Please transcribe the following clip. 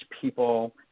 people